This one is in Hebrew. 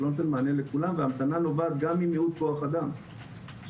הוא לא נותן מענה לכולם וההמתנה נובעת גם מניהול כוח האדם שמטפל.